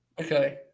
Okay